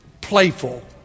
playful